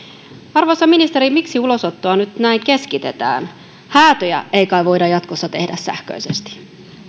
arvoisa ministeri miksi ulosottoa nyt näin keskitetään häätöjä ei kai voida jatkossa tehdä sähköisesti